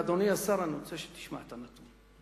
אדוני השר, אני רוצה שתשמע את הנתון.